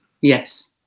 Yes